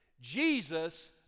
Jesus